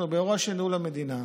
אנחנו באירוע של ניהול המדינה.